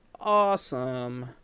awesome